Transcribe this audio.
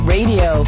Radio